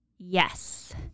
Yes